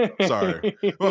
Sorry